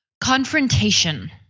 Confrontation